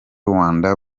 rwanda